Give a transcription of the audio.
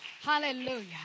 Hallelujah